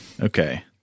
Okay